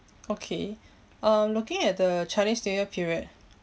okay I'm looking at the chinese new year period